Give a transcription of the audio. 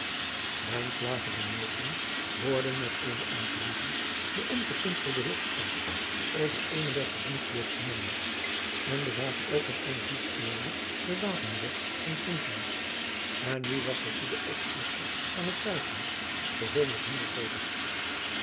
en milton hoorden met eene ontroering de ongekunstelde lofspraak over eenen der verdienstelijkste mannen en bezagen ook met eenen diepen eerbied den wapenrok van zwinglius en nu was de goede opzigter van het tuighuis geheel met hun bevredigd